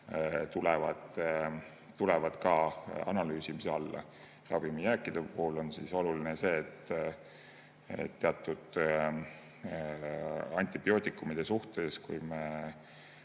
tulevad analüüsimise alla. Ravimijääkide puhul on oluline see, et teatud antibiootikumide suhtes, kui me